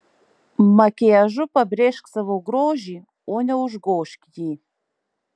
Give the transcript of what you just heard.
makiažu pabrėžk savo grožį o ne užgožk jį